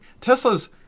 Tesla's